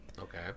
Okay